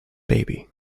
baby